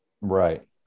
right